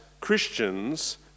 Christians